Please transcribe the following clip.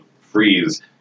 freeze